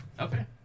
Okay